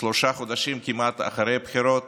כמעט שלושה חודשים אחרי הבחירות